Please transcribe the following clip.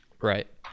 Right